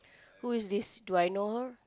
who is this do I know her